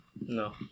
No